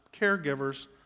caregivers